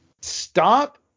Stop